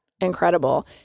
incredible